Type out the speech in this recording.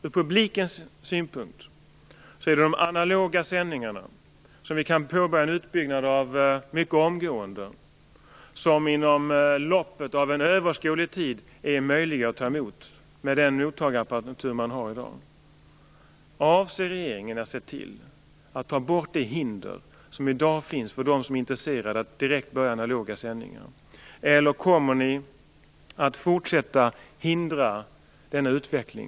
Ur publikens synpunkt är det de analoga sändningarna som vi kan påbörja en utbyggnad av mycket omgående och som inom loppet av överskådlig tid är möjliga att ta emot med den mottagarapparatur som man har i dag. Avser regeringen att se till att ta bort de hinder som i dag finns för dem som är intresserade av att direkt påbörja analoga sändningar, eller kommer regeringen att fortsätta att hindra denna utveckling?